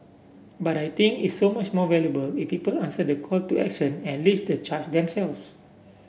but I think it's so much more valuable if people answer the call to action and lead the charge themselves